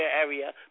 area